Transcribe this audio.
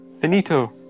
Benito